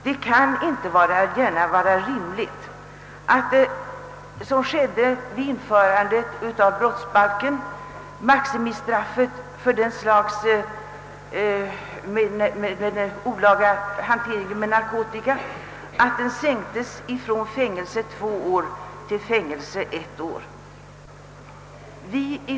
Det kan inte gärna vara rimligt att, som skedde vid införandet av den nya brottsbalken, maximistraffet för detta slag av olaga hantering med narkotika sänktes från fängelse två år till fängelse ett år.